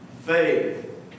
Faith